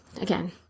again